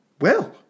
Well